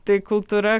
tai kultūra